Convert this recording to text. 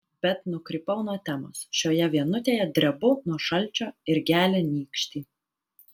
bet nukrypau nuo temos šioje vienutėje drebu nuo šalčio ir gelia nykštį